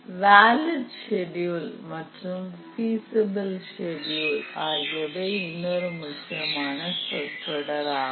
valid schedule மற்றும் feasible schedule என்பவை இன்னொரு முக்கியமான சொற்றொடர் ஆகும்